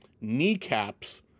kneecaps